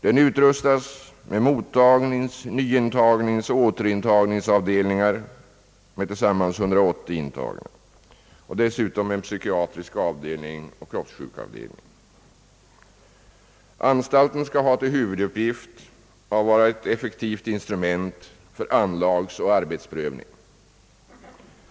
Den utrustas med mottagnings-, nyintagningsoch återintagningsavdelningar med tillsammans 180 intagna. Dessutom blir det en psykiatrisk avdelning och en kroppssjukavdelning. Anstalten skall ha till huvuduppgift att vara ett effektivt instrument för anlagsoch arbetsprövning.